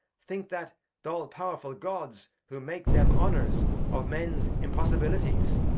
think that th' all powerfull gods, who made them honours of mens impossibilities,